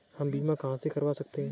हम बीमा कहां से करवा सकते हैं?